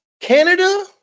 Canada